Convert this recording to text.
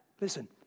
Listen